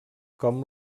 com